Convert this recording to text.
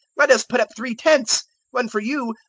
let us put up three tents one for you,